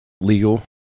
Legal